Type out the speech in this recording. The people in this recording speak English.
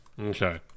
Okay